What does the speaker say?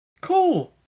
cool